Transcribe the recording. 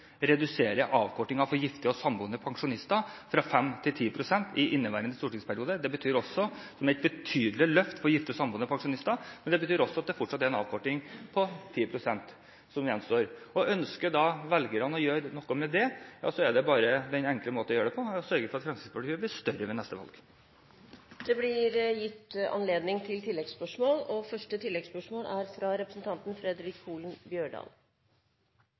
redusere avkortingen for gifte og samboende pensjonister fra 15 pst. til 10 pst. i inneværende stortingsperiode. Det betyr et betydelig løft for gifte og samboende pensjonister, men det betyr også at det fortsatt er en avkorting på 10 pst. som gjenstår. Ønsker velgerne å gjøre noe med det, ja, så er den enkle måten å gjøre det på å sørge for at Fremskrittspartiet blir større ved neste valg. Det blir gitt anledning til oppfølgingsspørsmål – først Fredric Holen Bjørdal. Som det går fram av hovudspørsmålet, er